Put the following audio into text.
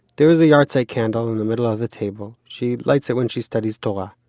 there was a yahrzeit candle in the middle of the table. she lights it when she studies torah.